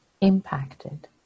impacted